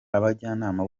abajyanama